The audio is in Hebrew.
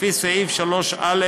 לפי סעיף 3א(ב1)